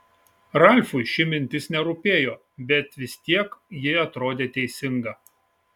ralfui ši mintis nerūpėjo bet vis tiek ji atrodė teisinga